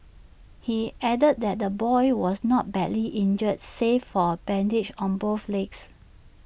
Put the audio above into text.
he added that the boy was not badly injured save for bandages on both legs